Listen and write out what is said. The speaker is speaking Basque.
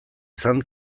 izan